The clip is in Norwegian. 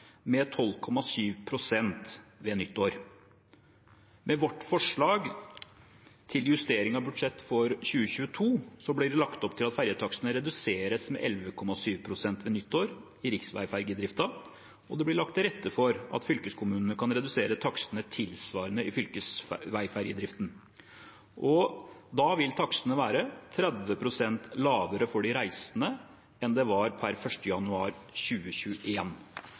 med 12,7 pst. ved nyttår. Med vårt forslag til justering av budsjett for 2022 ble det lagt opp til at ferjetakstene reduseres med 11,7 pst. ved nyttår i riksveiferjedriften, og det blir lagt til rette for at fylkeskommunene kan redusere takstene tilsvarende i fylkesveiferjedriften. Da vil takstene være 30 pst. lavere for de reisende enn de var per 1. januar